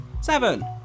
seven